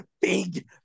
big